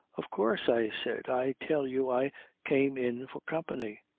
of course, i said. i tell you i came in for company.